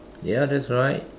ya that's right